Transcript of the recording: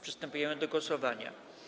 Przystępujemy do głosowania.